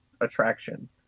attraction